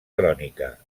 crònica